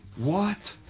what?